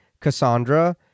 Cassandra